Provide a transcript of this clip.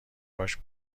کاش